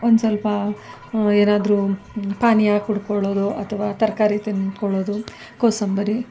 ಒಂದು ಸ್ವಲ್ಪ ಏನಾದ್ರೂ ಪಾನೀಯ ಕುಡ್ಕೊಳ್ಳೋದು ಅಥವಾ ತರಕಾರಿ ತಿಂದ್ಕೊಳ್ಳೋದು ಕೋಸಂಬರಿ